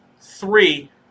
Three